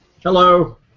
Hello